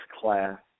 class